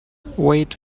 wait